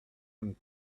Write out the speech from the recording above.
and